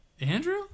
Andrew